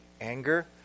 anger